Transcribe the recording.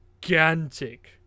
gigantic